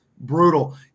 brutal